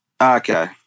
Okay